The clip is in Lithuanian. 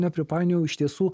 nepripainiojau iš tiesų